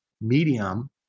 medium